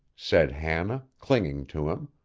said hannah, clinging to him,